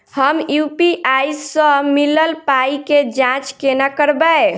हम यु.पी.आई सअ मिलल पाई केँ जाँच केना करबै?